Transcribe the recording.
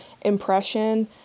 impression